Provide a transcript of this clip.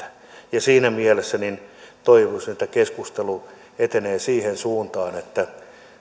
ja siinä mielessä toivoisin että keskustelu etenee siihen suuntaan että